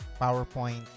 PowerPoint